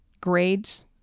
grades